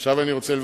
עכשיו אני מבקש